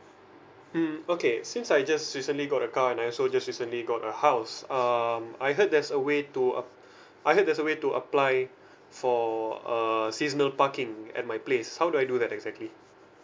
mm okay since I just recently got a car and I also recently got a house um I heard there's a way to uh I heard there's a way to apply for err seasonal parking at my place how do I do that exactly